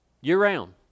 year-round